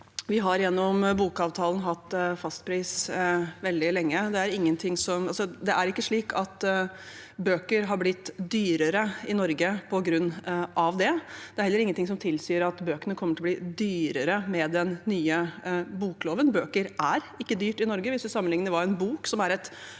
Vi har gjennom bokavtalen hatt fastpris veldig lenge. Det er ikke slik at bøker har blitt dyrere i Norge på grunn av det. Det er heller ingenting som tilsier at bøkene kommer til å bli dyrere med den nye bokloven. Bøker er ikke dyrt i Norge, hvis man sammenligner en bok – som er et